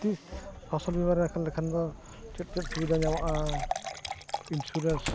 ᱛᱤᱸᱥ ᱯᱷᱚᱥᱚᱞ ᱵᱤᱢᱟ ᱨᱮ ᱠᱷᱟᱹᱲ ᱞᱮᱠᱷᱟᱱ ᱫᱚ ᱪᱮᱫ ᱪᱮᱫ ᱥᱩᱵᱤᱫᱷᱟ ᱧᱟᱢᱚᱜᱼᱟ ᱤᱱᱥᱩᱨᱮᱱᱥ